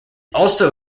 also